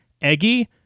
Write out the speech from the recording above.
Eggie